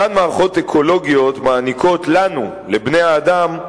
אותן מערכות אקולוגיות מעניקות לנו, לבני-האדם,